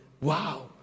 Wow